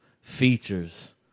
features